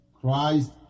Christ